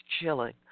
chilling